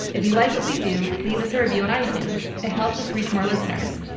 if you like what we do, leave us a review on itunes. it helps us reach more listeners.